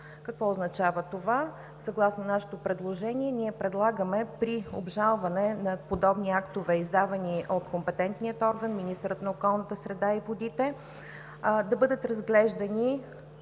Какво означава това, съгласно нашето предложение? Ние предлагаме при обжалване на подобни актове, издадени от компетентния орган – министъра на околната среда и водите, да бъдат разглеждани